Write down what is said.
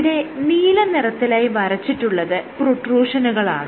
ഇവിടെ നീലനിറത്തിലായി വരച്ചിട്ടുള്ളത് പ്രൊട്രൂഷനുകളാണ്